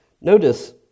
Notice